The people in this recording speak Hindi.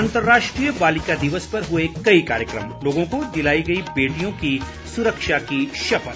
अंतर्राष्ट्रीय बालिका दिवस पर हुए कई कार्यक्रम लोगों को दिलाई गई बेटियों की सुरक्षा की शपथ